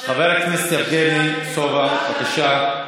חבר הכנסת יבגני סובה, בבקשה.